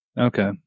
Okay